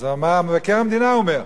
אז מבקר המדינה אומר: